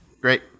Great